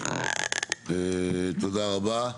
תודה רבה.